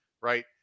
right